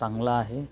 चांगलं आहे